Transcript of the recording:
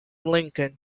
lincoln